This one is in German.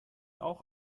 auch